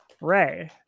Ray